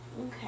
Okay